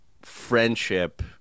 friendship